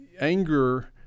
anger